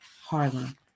Harlem